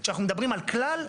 כשאנחנו מדברים על כלל,